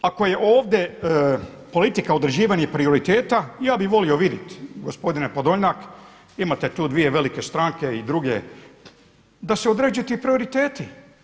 Ako je ovdje politika određivanje prioriteta, ja bih volio vidit gospodine Podolnjak, imate tu dvije velike stranke i druge da se određuju ti prioriteti.